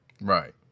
Right